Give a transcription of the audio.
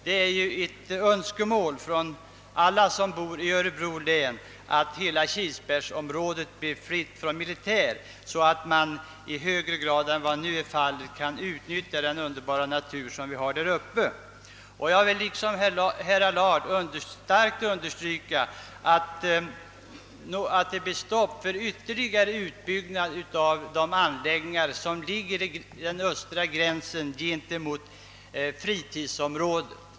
Det är ett önskemål från alla som bor i Örebro län, att hela Kilsbergsområdet blir fritt från militär, så att man i högre grad än vad som nu är fallet kan utnyttja den underbara natur som vi har där uppe. Jag vill liksom herr Allard starkt understryka önskvärdheten av att det blir stopp för ytterligare utbyggnad av de anläggningar som ligger vid den östra gränsen mot fritidsområdet.